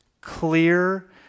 clear